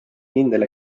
kindel